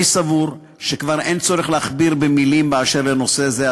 אני סבור שכבר אין צורך להכביר מילים באשר לנושא זה,